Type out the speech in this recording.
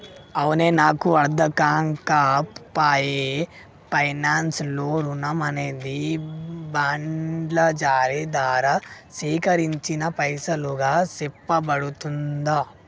అవునే నాకు అర్ధంకాక పాయె పైనాన్స్ లో రుణం అనేది బాండ్ల జారీ దారా సేకరించిన పైసలుగా సెప్పబడుతుందా